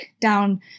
down